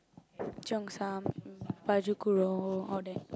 cheongsam baju kurung all that